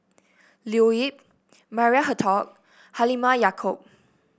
Leo Yip Maria Hertogh Halimah Yacob